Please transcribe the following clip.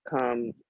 come